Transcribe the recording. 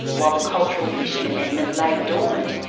while the cultural fishing amendment lay dormant,